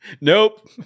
nope